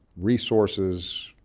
resources,